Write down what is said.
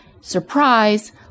surprise